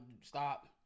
stop